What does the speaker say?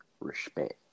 Respect